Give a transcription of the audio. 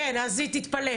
כן, אז תתפלא.